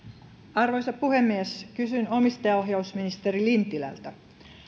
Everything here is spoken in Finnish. arvoisa puhemies kysyn omistajaohjausministeri lintilältä